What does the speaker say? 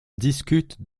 discute